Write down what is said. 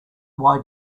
why